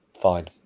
Fine